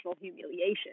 humiliation